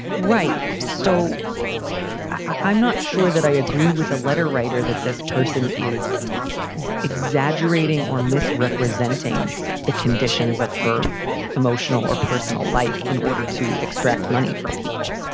right. so i'm not sure that i agree with the letter writer that this person is exaggerating or misrepresenting the conditions of her emotional or personal life in order to extract money from people.